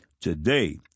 Today